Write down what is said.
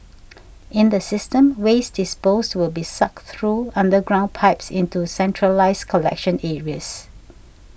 in the system waste disposed will be sucked through underground pipes into centralised collection areas